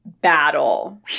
battle